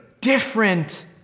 different